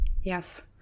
Yes